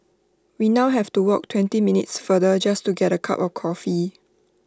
we now have to walk twenty minutes further just to get A cup of coffee